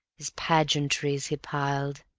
his pageantries he piled